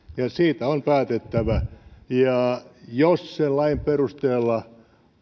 ja siitä on päätettävä ja jos sen lain perusteella